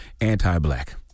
anti-black